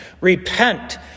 Repent